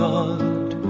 God